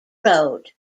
road